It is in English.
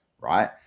right